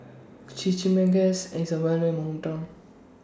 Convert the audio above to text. Chimichangas IS Well known in My Hometown